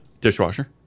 dishwasher